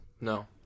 No